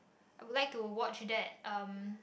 I would like to watch that um